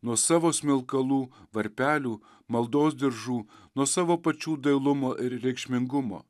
nuo savo smilkalų varpelių maldos diržų nuo savo pačių dailumo ir reikšmingumo